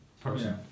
person